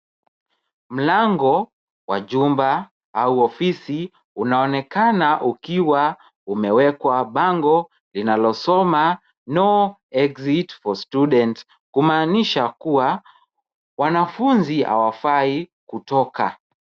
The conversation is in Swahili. Mlango wa jumba au ofisi unaonekana ukiwa umewekwa bango linalosoma no exit for students kumaanisha kuwa wanafunzi hawafai kutoka.